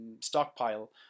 stockpile